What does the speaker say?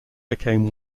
became